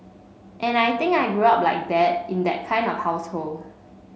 and I think I grew up like that in that kind of household